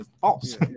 false